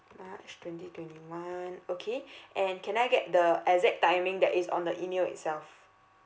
march twenty twenty one okay and can I get the exact timing that is on the email itself